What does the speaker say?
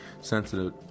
sensitive